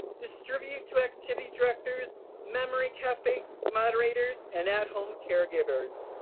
distribute to activity directors, memory cafe moderators, and at-home caregivers.